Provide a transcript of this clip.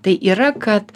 tai yra kad